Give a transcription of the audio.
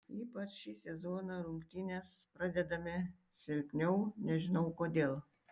ypač šį sezoną rungtynes pradedame silpniau nežinau kodėl